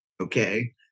Okay